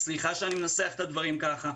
סליחה שאני מנסח את הדברים ככה.